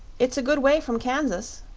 it's a good way from kansas.